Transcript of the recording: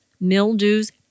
mildews